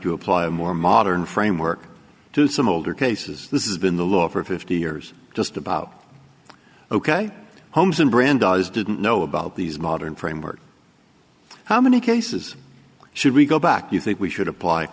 to apply a more modern framework to some older cases this is been the law for fifty years just about ok homes and brand does didn't know about these modern framework how many cases should we go back you think we should apply